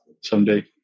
someday